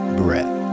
breath